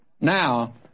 Now